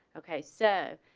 okay so,